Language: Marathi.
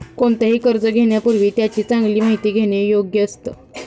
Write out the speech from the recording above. कोणतेही कर्ज घेण्यापूर्वी त्याची चांगली माहिती घेणे योग्य असतं